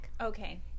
okay